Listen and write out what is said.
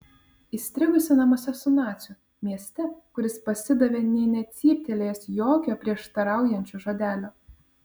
įstrigusi namuose su naciu mieste kuris pasidavė nė necyptelėjęs jokio prieštaraujančio žodelio